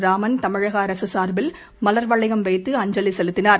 ராமன் தமிழகஅரசுசார்பில் மலர்வளையம் வைத்து சேலம் அஞ்சலிசெலுத்தினார்